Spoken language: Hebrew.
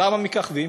למה מככבים?